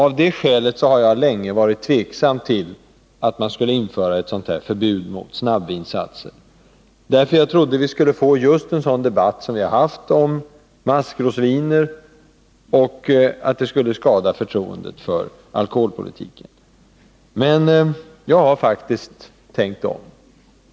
Av det skälet har jag länge varit tveksam till ett förbud mot snabbvinsatser. Jag trodde nämligen att vi skulle få just en sådan debatt som den vi har haft om maskrosviner och att det skulle skada förtroendet för alkoholpolitiken. Men jag har faktiskt tänkt om.